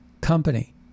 company